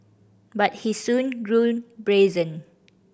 but he soon grew brazen